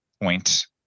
point